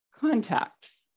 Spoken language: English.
contacts